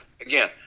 again